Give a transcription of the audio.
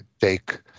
take